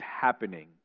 happening